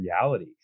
reality